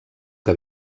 que